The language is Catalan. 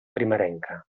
primerenca